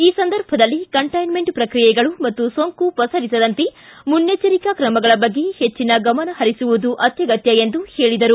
ಈ ಸಂದರ್ಭದಲ್ಲಿ ಕಂಟೈನ್ಮೆಂಟ್ ಪ್ರಕ್ರಿಯೆಗಳು ಮತ್ತು ಸೋಂಕು ಪಸರಿಸದಂತೆ ಮುನ್ನೆಚ್ಚರಿಕಾ ಕ್ರಮಗಳ ಬಗ್ಗೆ ಹೆಚ್ಚಿನ ಗಮನ ಹರಿಸುವುದು ಅತ್ಯಗತ್ಯ ಎಂದರು